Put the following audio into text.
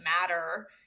matter